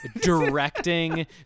directing